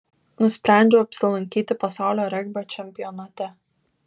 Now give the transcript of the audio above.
nusprendžiau apsilankyti pasaulio regbio čempionate